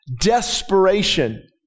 desperation